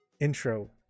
intro